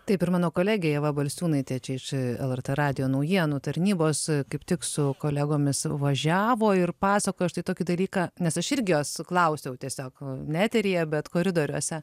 taip ir mano kolegė ieva balsiūnaitė čia iš lrt radijo naujienų tarnybos kaip tik su kolegomis važiavo ir pasakojo štai tokį dalyką nes aš irgi jos klausiau tiesiog ne eteryje bet koridoriuose